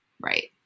Right